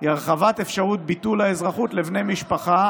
היא הרחבת אפשרות ביטול האזרחות לבני משפחה,